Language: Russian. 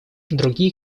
другие